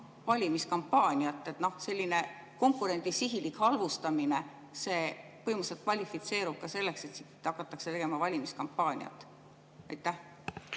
valimiskampaaniat? Selline konkurendi sihilik halvustamine põhimõtteliselt kvalifitseerub ka selleks, et siit hakatakse tegema valimiskampaaniat. Aitäh!